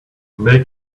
make